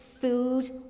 food